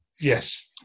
Yes